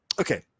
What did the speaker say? okay